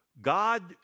God